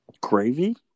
Gravy